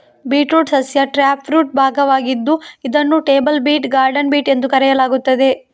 beetroot ಸಸ್ಯ taproot ಭಾಗವಾಗಿದ್ದು ಇದನ್ನು ಟೇಬಲ್ ಬೀಟ್, ಗಾರ್ಡನ್ ಬೀಟ್ ಎಂದು ಕರೆಯಲಾಗುತ್ತದೆ